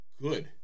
Good